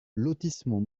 lotissement